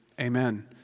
amen